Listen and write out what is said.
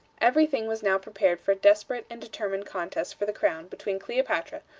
every thing was now prepared for a desperate and determined contest for the crown between cleopatra,